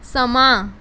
ਸਮਾਂ